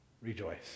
rejoice